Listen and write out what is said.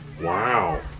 Wow